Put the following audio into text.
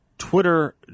Twitter